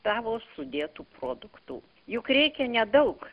tavo sudėtų produktų juk reikia nedaug